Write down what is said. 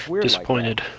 Disappointed